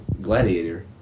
Gladiator